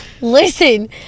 listen